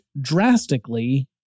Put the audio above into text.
drastically